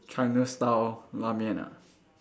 China style La-Mian ah